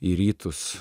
į rytus